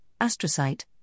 astrocyte